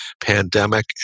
pandemic